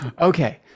okay